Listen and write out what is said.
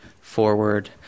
forward